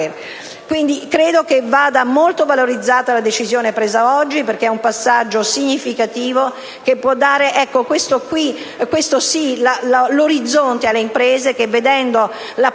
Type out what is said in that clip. Quindi credo che vada molto valorizzata la decisione presa oggi, in quanto è un passaggio significativo che può dare, questo sì, un orizzonte alle imprese, che vedono la possibilità